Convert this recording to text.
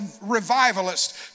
revivalist